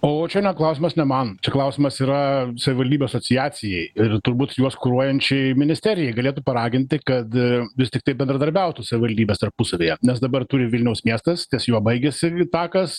o čia ne klausimas ne man čia klausimas yra savivaldybių asociacijai ir turbūt juos kuruojančiai ministerijai galėtų paraginti kad vis tiktai bendradarbiautų savivaldybės tarpusavyje nes dabar turi vilniaus miestas ties juo baigiasi takas